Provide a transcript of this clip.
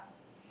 what